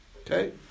Okay